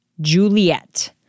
Juliet